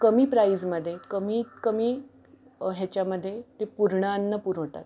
कमी प्राईजमध्ये कमीत कमी ह्याच्यामध्ये ते पूर्णान्न पुरवतात